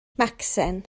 macsen